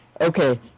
Okay